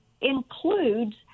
includes